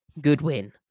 Goodwin